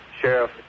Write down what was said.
Sheriff